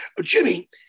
Jimmy